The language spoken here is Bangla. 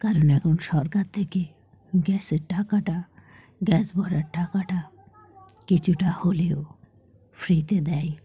কারণ এখন সরকার থেকে গ্যাসের টাকাটা গ্যাস ভরার টাকাটা কিছুটা হলেও ফ্রিতে দেয়